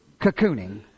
cocooning